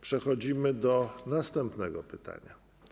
Przechodzimy do następnego pytania.